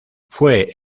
fue